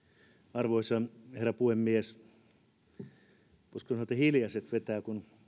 arvoisa herra puhemies voisiko sanoa että hiljaiseksi vetää kun